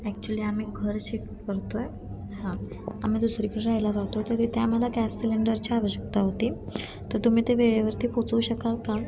actually आम्ही घर shift करतो आहे हां आम्ही दुसरीकडे राहायला जातो आहे तर तिथे आम्हाला गॅस सिलेंडरची आवश्यकता होती तर तुम्ही ते वेळेवरती पोचवू शकाल का